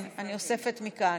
אני אוספת מכאן: